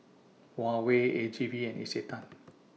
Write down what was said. Huawei A G V and Isetan